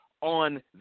on